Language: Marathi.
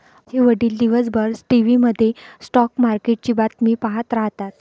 माझे वडील दिवसभर टीव्ही मध्ये स्टॉक मार्केटची बातमी पाहत राहतात